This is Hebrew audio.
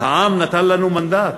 העם נתן לנו מנדט,